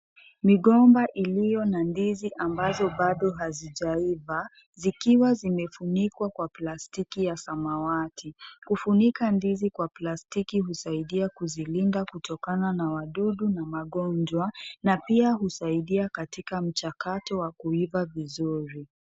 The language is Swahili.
Migomba iliyo na ndizi ambazo bado hazijaiva, zikiwa zimefunikwa kwa plastiki ya samawati. Kufunika ndizi kwa plastiki husaidia kuzilinda kutokana na wadudu na magonjwa, na pia husaidia katika mchakato wa kuiva vizuri.